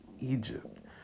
Egypt